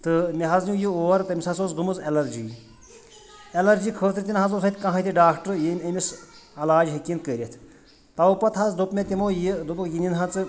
تہٕ مےٚ حظ نیو یہِ اوٗر تٔمِس حظ اوس گٔمٕژ ایٚلرجی ایٚلرجی خٲطرٕ تہِ نَہ حظ اوس اَتہِ کٕہٲنۍ تہِ ڈاکٹر یم أمِس علاج ہیٚکہِ ہان کٔرِتھ تَو پَتہٕ حظ دوٚپ مےٚ تِمو یہِ دوٚپُکھ یہِ نِن حظ ژٕ